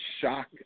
shock